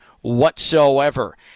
whatsoever